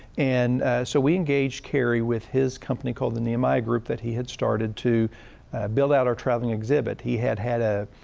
and so we engaged cary, with his company called the nehemiah group that he had started, to build out our traveling exhibit. he had, had a